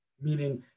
Meaning